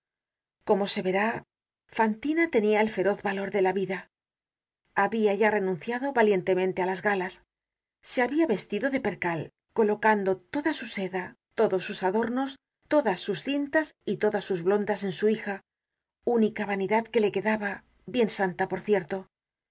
como se verá fantina tenia el feroz valor de la vida habia ya renunciado valientemente á las galas se habia vestido de percal colocando toda su seda todos sus adornos todas sus cintas y todas sus blondas en su hija única vanidad que le quedaba bien santa por cierto